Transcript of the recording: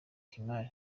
kimani